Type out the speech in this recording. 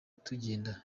tugenda